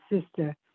sister